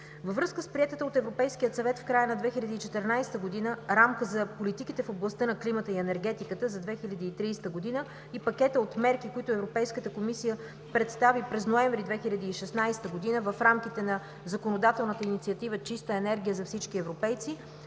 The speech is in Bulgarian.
Във връзка с приетата от Европейския съвет в края на 2014 г. рамка за политиките в областта на климата и енергетиката до 2030 г. и пакета от мерки, които Европейската комисия представи през м. ноември 2016 г. в рамките на законодателната инициатива „Чиста енергия за всички европейци“,